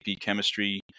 chemistry